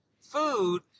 food